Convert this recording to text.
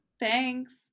Thanks